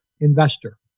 investor